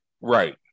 right